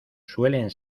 suelen